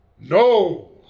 No